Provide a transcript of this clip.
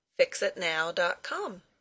fixitnow.com